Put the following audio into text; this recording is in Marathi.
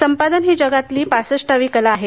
संपादन ही जगातली पासष्टावी कला आहे